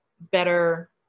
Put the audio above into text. better